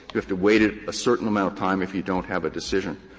you have to wait ah a certain amount of time if you don't have a decision.